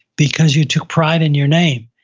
because you took pride in your name.